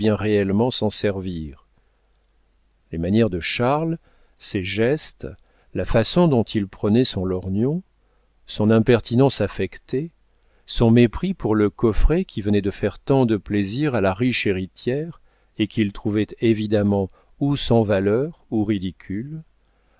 réellement s'en servir les manières de charles ses gestes la façon dont il prenait son lorgnon son impertinence affectée son mépris pour le coffret qui venait de faire tant de plaisir à la riche héritière et qu'il trouvait évidemment ou sans valeur ou ridicule